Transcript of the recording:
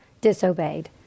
disobeyed